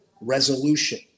Resolution